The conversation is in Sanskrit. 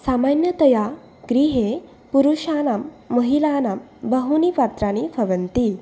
सामान्यतया गृहे पुरुषाणां महिलानां बहूनि पात्राणि भवन्ति